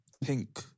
Pink